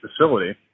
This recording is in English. facility